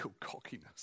cockiness